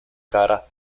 cara